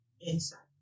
inside